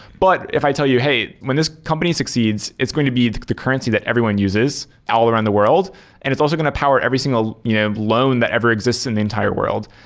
but if i tell you, hey, when this company succeeds, it's going to be the currency that everyone uses out on the world and it's also going to power every single you know loan that ever existed in entire world.